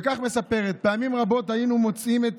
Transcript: וכך היא מספרת: פעמים רבות היינו מוצאים את